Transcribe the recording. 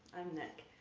i'm nic.